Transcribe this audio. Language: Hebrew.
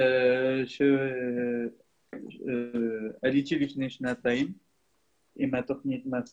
לוי שי ריבר, עלה מברזיל, קצין ולוחם בפיקוד דרום.